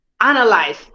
analyze